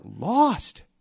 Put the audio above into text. lost